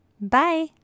Bye